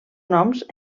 noms